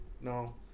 no